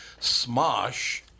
Smosh